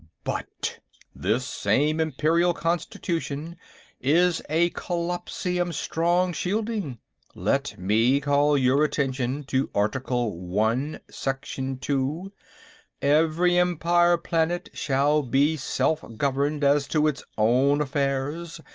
but this same imperial constitution is a collapsium-strong shielding let me call your attention to article one, section two every empire planet shall be self-governed as to its own affairs,